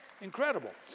Incredible